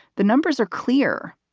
the numbers are clear.